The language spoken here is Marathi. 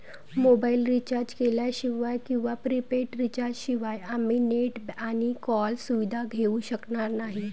मोबाईल रिचार्ज केल्याशिवाय किंवा प्रीपेड रिचार्ज शिवाय आम्ही नेट आणि कॉल सुविधा घेऊ शकणार नाही